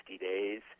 days